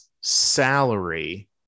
salary